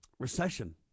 Recession